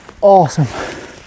Awesome